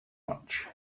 much